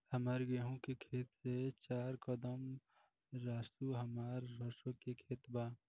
हमार गेहू के खेत से चार कदम रासु हमार सरसों के खेत बा